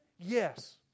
Yes